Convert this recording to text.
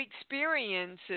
experiences